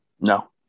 No